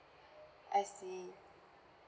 I see